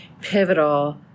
pivotal